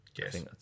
Yes